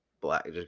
black